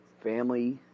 family